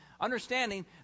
Understanding